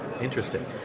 Interesting